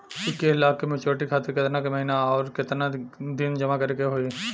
इक्कीस लाख के मचुरिती खातिर केतना के महीना आउरकेतना दिन जमा करे के होई?